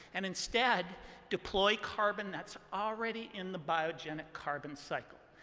and instead deploy carbon that's already in the biogenic carbon cycle.